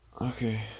Okay